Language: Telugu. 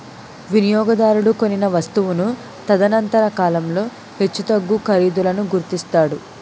వినియోగదారుడు కొనిన వస్తువును తదనంతర కాలంలో హెచ్చుతగ్గు ఖరీదులను గుర్తిస్తాడు